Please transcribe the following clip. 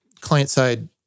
client-side